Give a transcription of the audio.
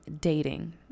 dating